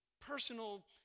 personal